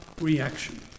reaction